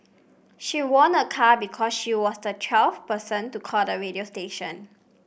she won a car because she was the twelfth person to call the radio station